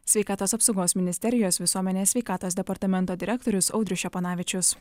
sveikatos apsaugos ministerijos visuomenės sveikatos departamento direktorius audrius ščeponavičius